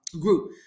group